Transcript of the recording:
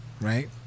right